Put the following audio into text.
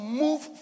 move